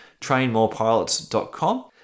trainmorepilots.com